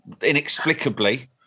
inexplicably